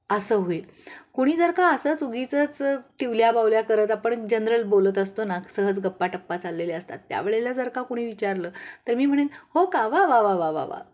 असं होईल कुणी जर का असंच उगीचंच टिवल्या बावल्या करत आपण जनरल बोलत असतो ना सहज गप्पाटप्पा चाललेल्या असतात त्यावेळेला जर का कोणी विचारलं तर मी म्हणेन हो का वा वा वा वा वा वा